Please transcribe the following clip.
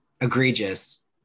Egregious